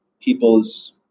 people's